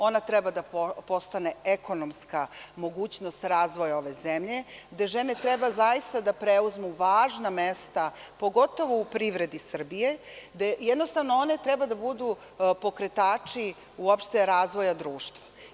Ona treba da postane ekonomska mogućnost razvoja ove zemlje, gde žene treba zaista da preuzmu važna mesta, pogotovo u privredi Srbije, gde jednostavno one treba da budu pokretači uopšte razvoja društva.